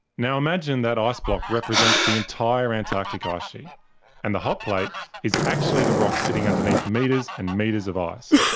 imagine that ice block represents the entire antarctic ah ice sheet and the hotplate is actually the rock sitting underneath metres and metres of ice.